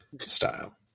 style